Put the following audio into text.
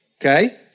Okay